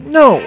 no